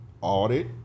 Audit